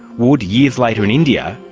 would, years later in india,